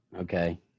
okay